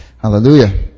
Hallelujah